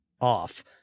off